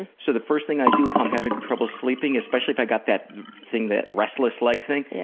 so the first thing i do if i'm having trouble sleeping, especially if i've got that thing, that restless leg thing,